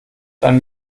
dann